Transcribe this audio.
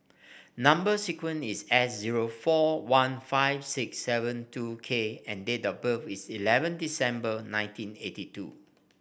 number sequence is S zero four one five six seven two K and date of birth is eleven December nineteen eighty two